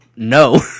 No